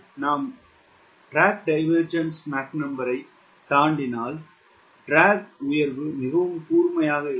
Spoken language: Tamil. நாம் MDD ஐ தாண்டினால் இழுவை உயர்வு மிகவும் கூர்மையாக இருக்கும்